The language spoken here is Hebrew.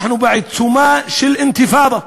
אנחנו בעיצומה של אינתיפאדה,